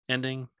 ending